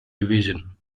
division